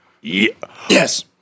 Yes